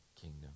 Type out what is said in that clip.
kingdom